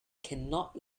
cannot